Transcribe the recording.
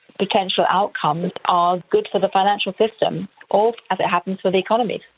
potential outcomes are good for the financial system or, as it happens, for the economy.